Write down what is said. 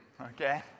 Okay